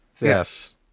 Yes